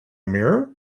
mirror